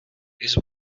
his